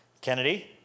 Kennedy